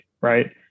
right